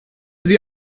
sie